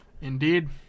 indeed